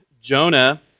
Jonah